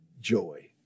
joy